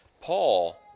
Paul